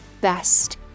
best